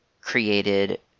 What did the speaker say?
created